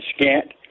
scant